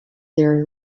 their